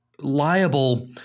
liable